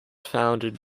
founded